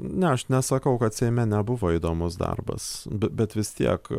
ne aš nesakau kad seime nebuvo įdomus darbas be bet vis tiek